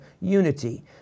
unity